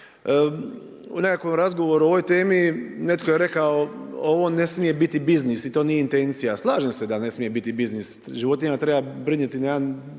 U nekakvom razgovoru o ovoj temi netko je rekao ovo ne smije biti biznis i to nije intencija, slažem se da ne smije biti biznis, životinju treba brinuti na jedan